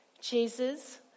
Jesus